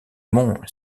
mont